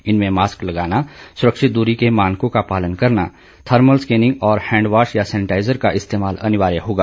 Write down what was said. इनमें मास्क लगाना सुरक्षित दूरी के मानकों का पालन करना थर्मल स्कैनिंग और हैंडवॉश या सैनिटाइजर का इस्तेमाल अनिवार्य होगा